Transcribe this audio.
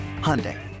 Hyundai